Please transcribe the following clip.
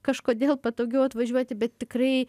kažkodėl patogiau atvažiuoti bet tikrai